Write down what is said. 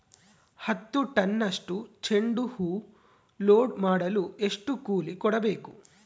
ಹತ್ತು ಟನ್ನಷ್ಟು ಚೆಂಡುಹೂ ಲೋಡ್ ಮಾಡಲು ಎಷ್ಟು ಕೂಲಿ ಕೊಡಬೇಕು?